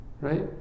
right